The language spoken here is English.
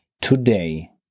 today